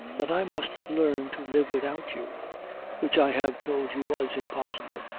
that i must learn to live without you which i have told you was impossible.